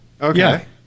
okay